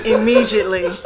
Immediately